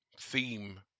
theme